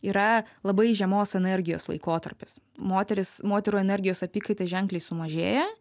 yra labai žemos energijos laikotarpis moteris moterų energijos apykaita ženkliai sumažėja